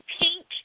pink